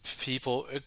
people